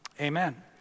Amen